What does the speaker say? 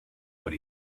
what